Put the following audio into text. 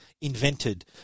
invented